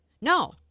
No